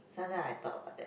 sometimes I thought about that